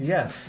Yes